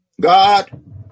God